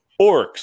orcs